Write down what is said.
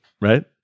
right